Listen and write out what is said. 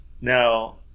Now